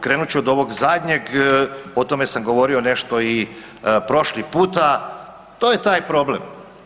Krenut ću od ovog zadnjeg, o tome sam govorio nešto i prošli puta, to je taj problem.